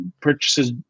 purchases